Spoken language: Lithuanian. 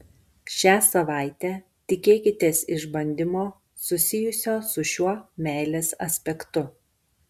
šią savaitę tikėkitės išbandymo susijusio su šiuo meilės aspektu